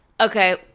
Okay